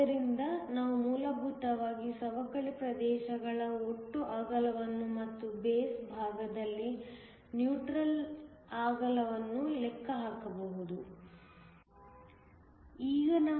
ಆದ್ದರಿಂದ ನಾವು ಮೂಲಭೂತವಾಗಿ ಸವಕಳಿ ಪ್ರದೇಶಗಳ ಒಟ್ಟು ಅಗಲವನ್ನು ಮತ್ತು ಬೇಸ್ ಭಾಗದಲ್ಲಿ ನ್ಯೂಟ್ರಲ್ ಅಗಲವನ್ನು ಲೆಕ್ಕ ಹಾಕಬಹುದು